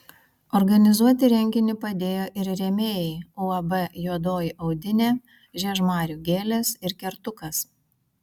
organizuoti renginį padėjo ir rėmėjai uab juodoji audinė žiežmarių gėlės ir kertukas